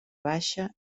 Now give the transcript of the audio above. baixa